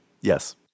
Yes